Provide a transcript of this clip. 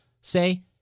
say